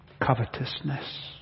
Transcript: Covetousness